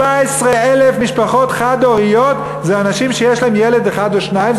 114,000 משפחות חד-הוריות זה אנשים שיש להם ילד אחד או שניים.